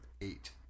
eight